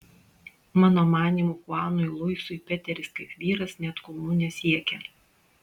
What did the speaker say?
mano manymu chuanui luisui peteris kaip vyras net kulnų nesiekia